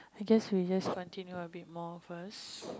I guess we just continue a bit more first